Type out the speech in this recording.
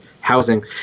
housing